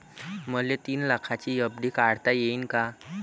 मले तीन लाखाची एफ.डी काढता येईन का?